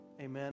amen